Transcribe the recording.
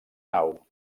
nau